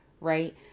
right